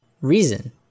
reason